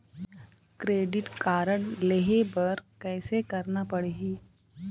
Credit card लेहे बर कैसे करना पड़ही?